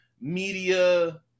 media